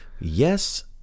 Yes